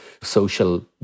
social